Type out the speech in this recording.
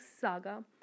Saga